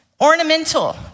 Ornamental